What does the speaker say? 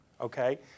Okay